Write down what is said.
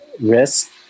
risk